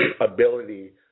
ability